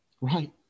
Right